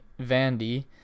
Vandy